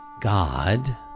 God